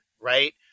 right